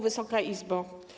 Wysoka Izbo!